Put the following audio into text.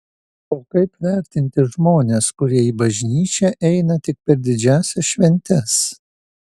o kaip vertinti žmones kurie į bažnyčią eina tik per didžiąsias šventes